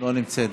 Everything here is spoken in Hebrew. אינה נוכחת,